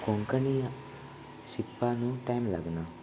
कोंकणी शिकपा न्हू टायम लागना